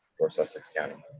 or sussex county.